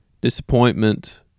disappointment